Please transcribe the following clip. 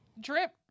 Drip